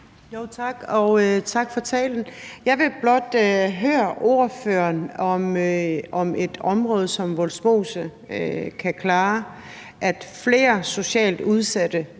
tak for talen. Jeg vil blot høre ordføreren, om et område som Vollsmose kan klare, at flere socialt udsatte